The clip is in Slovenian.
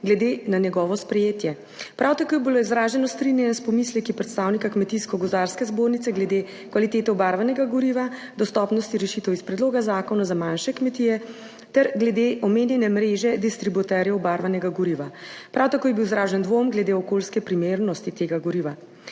glede na njegovo sprejetje. Prav tako je bilo izraženo strinjanje s pomisleki predstavnika Kmetijsko-gozdarske zbornice glede kvalitete obarvanega goriva, dostopnosti rešitev iz predloga zakona za manjše kmetije ter glede omenjene mreže distributerjev obarvanega goriva. Prav tako je bil izražen dvom glede okoljske primernosti tega goriva.